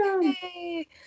Yay